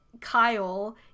Kyle